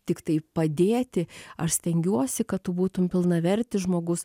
tiktai padėti aš stengiuosi kad tu būtumei pilnavertis žmogus